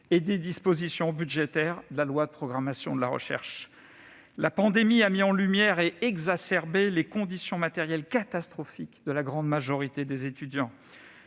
et des dispositions budgétaires de la loi de programmation de la recherche. La pandémie a mis en lumière et exacerbé les conditions matérielles catastrophiques dans lesquelles se débattent la grande majorité des étudiants.